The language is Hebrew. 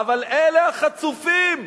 אבל אלה החצופים,